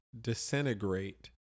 disintegrate